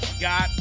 got